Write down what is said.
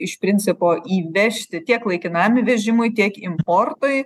iš principo įvežti tiek laikinam įvežimui tiek importui